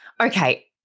Okay